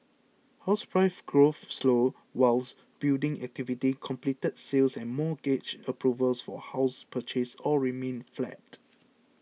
house price growth slowed whilst building activity completed sales and mortgage approvals for house purchase all remained flat